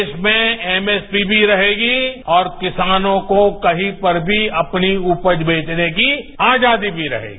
देश में एमएसपी भी रहेगी और किसानों को कहीं पर भी अपनी उपज बेचने की आजादी भी रहेगी